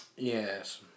Yes